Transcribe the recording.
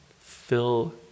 fill